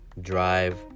drive